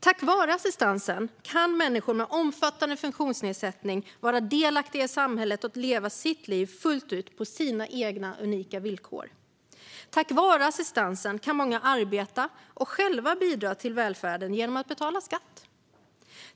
Tack vare assistansen kan människor med omfattande funktionsnedsättning vara delaktiga i samhället och leva sina liv fullt ut på sina egna unika villkor. Tack vare assistansen kan många arbeta och själva bidra till välfärden genom att betala skatt.